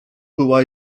była